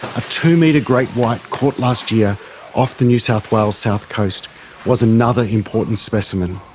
a two-metre great white caught last year off the new south wales south coast was another important specimen.